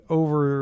over